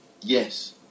Yes